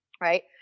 right